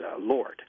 lord